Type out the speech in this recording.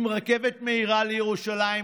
עם רכבת מהירה לירושלים,